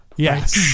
Yes